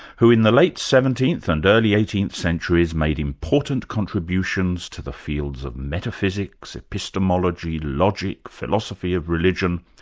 who in the late seventeenth and early eighteenth centuries made important contributions to the fields of metaphysics, epistemology, logic, philosophy of religion,